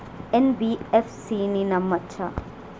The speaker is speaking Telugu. ఎన్.బి.ఎఫ్.సి ని నమ్మచ్చా?